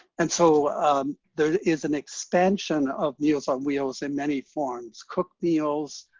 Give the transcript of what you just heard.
and so there is an expansion of meals on wheels in many forms. cooked meals,